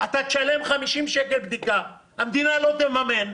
אתה תשלם 50 שקל בדיקה, המדינה לא תממן.